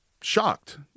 shocked